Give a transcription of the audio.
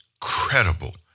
credible